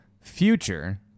future